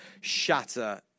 shatter